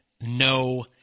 No